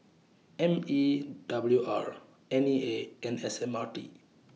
M E W R NE A and S M R T